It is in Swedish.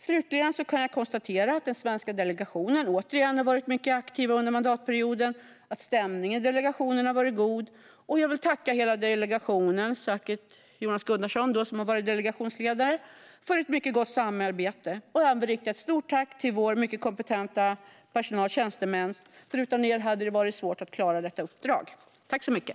Slutligen kan jag konstatera att den svenska delegationen återigen har varit mycket aktiv under mandatperioden och att stämningen i delegationen har varit god. Jag vill tacka hela delegationen, särskilt Jonas Gunnarsson som varit delegationsledare, för ett mycket gott samarbete. Jag vill också rikta ett stort tack till våra mycket kompetenta tjänstemän. Utan er hade det varit svårt att klara detta uppdrag. Tack så mycket!